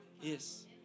Yes